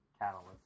catalyst